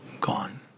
gone